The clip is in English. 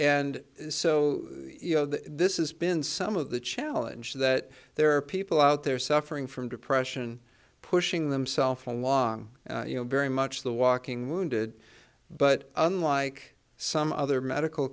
and so you know that this is been some of the challenge that there are people out there suffering from depression pushing themself along you know very much the walking wounded but unlike some other medical